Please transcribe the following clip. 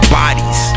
bodies